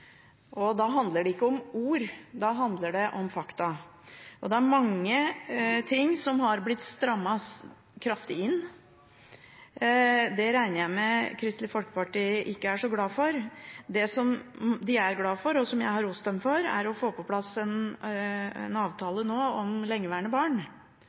samtidig. Da handler det ikke om ord, men om fakta. Det er mange ting som har blitt strammet kraftig inn, og det regner jeg med at Kristelig Folkeparti ikke er så glad for. Det som de er glad for, og som også jeg har stemt for, er å få på plass en avtale nå om lengeværende barn.